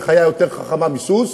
זו חיה יותר חכמה מסוס,